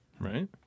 Right